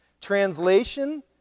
Translation